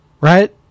right